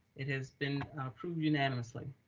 it has been approved unanimously.